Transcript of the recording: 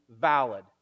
valid